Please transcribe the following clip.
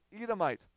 Edomite